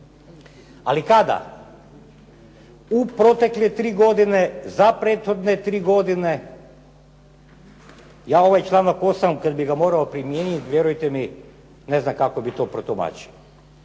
Ali kada? U protekle tri godine, za prethodne tri godine. Ja ovaj članak 8. kada bi ga morao primijeniti, vjerujete mi ne znam kako bi to protumačio.